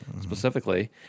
specifically